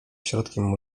środkiem